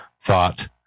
thought